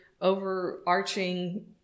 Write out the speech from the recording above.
overarching